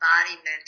embodiment